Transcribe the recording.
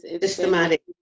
Systematic